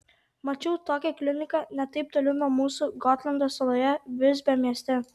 mačiau tokią kliniką ne taip toli nuo mūsų gotlando saloje visbio mieste